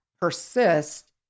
persist